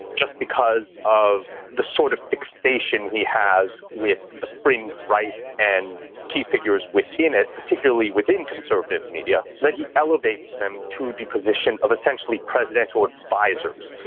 just because of the sort of fixation he has with the fringe. right. and key figures within it, particularly within conservative media, that he elevates them to the position of essentially presidential advisors,